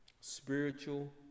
Spiritual